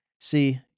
See